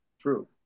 True